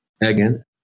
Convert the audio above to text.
Again